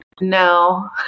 No